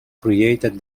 created